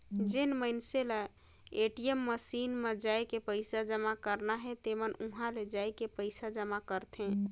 जेन मइनसे ल ए.टी.एम मसीन म जायके पइसा जमा करना हे तेमन उंहा ले जायके पइसा जमा करथे